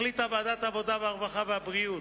החליטה ועדת העבודה, הרווחה והבריאות,